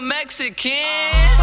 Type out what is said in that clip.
Mexican